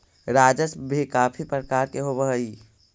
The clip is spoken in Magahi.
राजस्व भी काफी प्रकार के होवअ हई